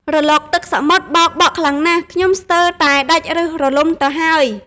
រលកទឹកសមុទ្របោកបក់ខ្លាំងណាស់ ខ្ញុំស្ទើរតែដាច់ប្ញសរលំទៅហើយ។